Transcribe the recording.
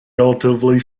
relatively